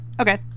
Okay